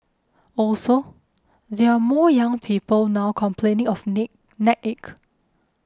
also there are more young people now complaining of nick neck ache